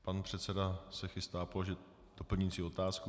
Pan předseda se chystá položit doplňující otázku.